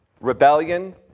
Rebellion